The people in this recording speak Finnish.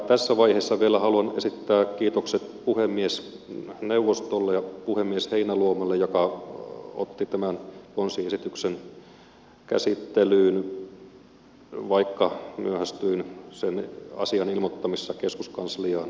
tässä vaiheessa vielä haluan esittää kiitokset puhemiesneuvostolle ja puhemies heinäluomalle joka otti tämän ponsiesityksen käsittelyyn vaikka myöhästyin sen asian ilmoittamisessa keskuskansliaan